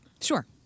Sure